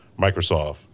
Microsoft